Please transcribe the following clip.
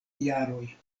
jaroj